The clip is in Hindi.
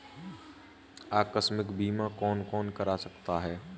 आकस्मिक बीमा कौन कौन करा सकता है?